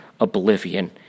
oblivion